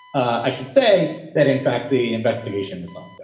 i should say that, in fact, the investigation is um yeah